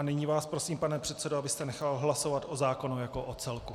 Nyní vás prosím, pane předsedo, abyste nechal hlasovat o zákonu jako o celku.